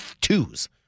twos